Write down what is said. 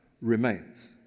remains